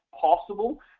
possible